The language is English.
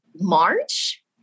March